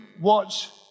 watch